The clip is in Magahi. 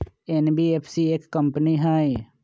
एन.बी.एफ.सी एक कंपनी हई?